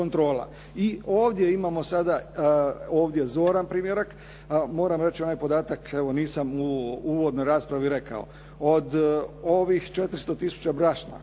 I ovdje imamo sada ovdje zoran primjerak. Moram reći onaj podatak, evo nisam u uvodnoj raspravi rekao. Od ovih 400000 brašna